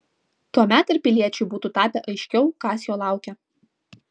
tuomet ir piliečiui būtų tapę aiškiau kas jo laukia